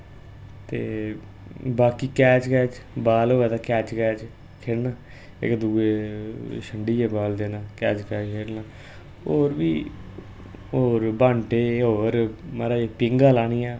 ते बाकि catch catch ball होऐ तां कैच कैच खेलना इक दुए छंडियै बाल देना कैच कैच खेलना ओह् बी होर बांटे होर माराज पींगा लानियां